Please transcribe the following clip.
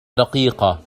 دقيقة